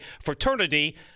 fraternity